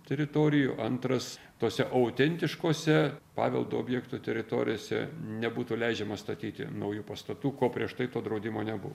teritorijų antras tose autentiškose paveldo objektų teritorijose nebūtų leidžiama statyti naujų pastatų ko prieš tai to draudimo nebuvo